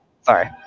Sorry